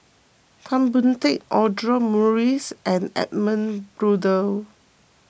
Tan Boon Teik Audra Morrice and Edmund Blundell